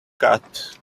cut